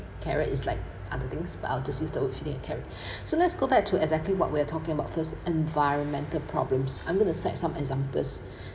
carrot is like other things but I'll just use the words feeding a carrot so let's go back to exactly what we're talking about first environmental problems I'm going to set some examples